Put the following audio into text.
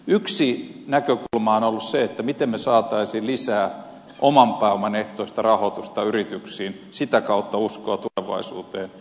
yksi näkökulma on ollut se miten saataisiin lisää oman pääoman ehtoista rahoitusta yrityksiin sitä kautta uskoa tulevaisuuteen